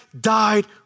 died